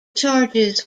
charges